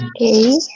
Okay